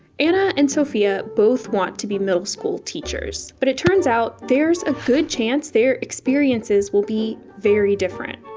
anna and sophia both want to be middle school teachers. but it turns out, there's a good chance their experiences will be very different.